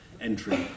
entry